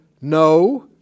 no